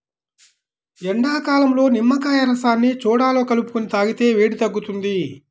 ఎండాకాలంలో నిమ్మకాయ రసాన్ని సోడాలో కలుపుకొని తాగితే వేడి తగ్గుతుంది